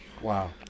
wow